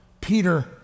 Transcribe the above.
Peter